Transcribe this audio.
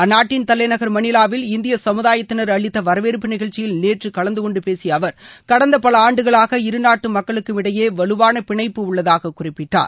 அந்நாட்டின் தலைநகர் மணிலாவில் இந்திய சமுதாயத்தினர் அளித்த வரவேற்பு நிகழ்ச்சியில் நேற்று கல்ந்துகொண்டு பேசிய அவர் கடந்த பல ஆண்டுகளாக இரு நாட்டு மக்களுக்கும் இடையே வலுவான பினைப்பு உள்ளதாக குறிப்பிட்டார்